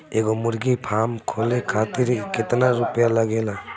एगो मुर्गी फाम खोले खातिर केतना रुपया लागेला?